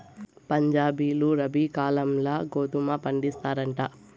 పంజాబీలు రబీ కాలంల గోధుమ పండిస్తారంట